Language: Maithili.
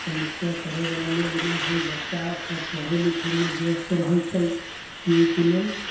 समस्या करैवला लोक नहि है बच्चा सब पढ़ै लिखैमे व्यस्त रहै छै एहिके लेल